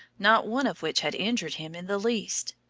not one of which had injured him in the least.